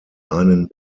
einen